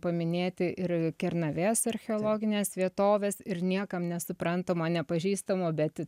paminėti ir kernavės archeologinės vietovės ir niekam nesuprantamo nepažįstamo bet